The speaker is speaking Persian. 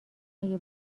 اگه